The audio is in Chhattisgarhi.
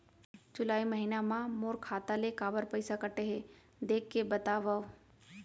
जुलाई महीना मा मोर खाता ले काबर पइसा कटे हे, देख के बतावव?